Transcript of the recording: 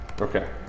Okay